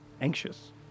anxious